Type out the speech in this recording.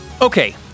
Okay